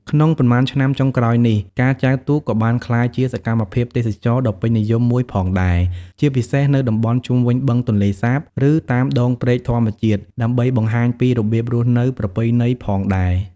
ក្នុងប៉ុន្មានឆ្នាំចុងក្រោយនេះ ការចែវទូកក៏បានក្លាយជាសកម្មភាពទេសចរណ៍ដ៏ពេញនិយមមួយផងដែរ ជាពិសេសនៅតំបន់ជុំវិញបឹងទន្លេសាប ឬតាមដងព្រែកធម្មជាតិ ដើម្បីបង្ហាញពីរបៀបរស់នៅប្រពៃណីផងដែរ។